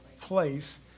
place